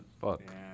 fuck